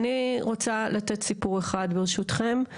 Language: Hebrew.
אני רוצה לתת סיפור אחד ברשותכם.